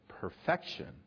perfection